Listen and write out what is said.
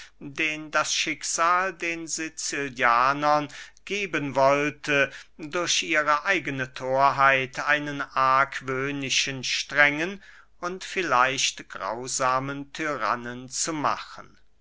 den das schicksal den sicilianern geben wollte durch ihre eigene thorheit einen argwöhnischen strengen und vielleicht grausamen tyrannen zu machen